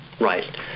right